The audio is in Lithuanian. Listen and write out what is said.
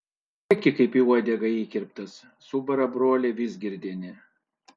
ko rėki kaip į uodegą įkirptas subara brolį vizgirdienė